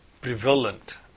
prevalent